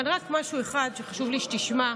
אבל רק משהו אחד שחשוב לי שתשמע.